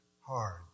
hard